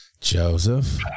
joseph